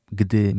gdy